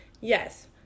Yes